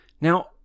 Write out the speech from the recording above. now